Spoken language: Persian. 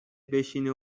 بشینه